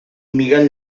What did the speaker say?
miguel